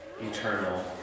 eternal